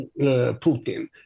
Putin